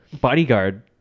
Bodyguard